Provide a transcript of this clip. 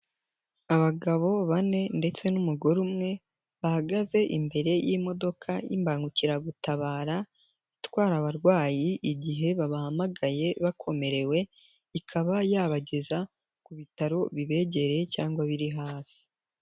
Abagabo bane ndetse n'umugore umwe bahagaze imbere y'imodoka y'imbangukiragutabara itwara abarwayi igihe babahamagaye bakomerewe, ikaba yabageza ku bitaro bibegereye cyangwa biri hafi.